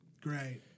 Great